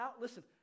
Listen